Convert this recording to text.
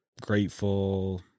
grateful